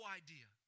idea